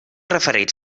referir